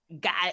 got